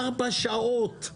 ארבע שעות,